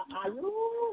आयु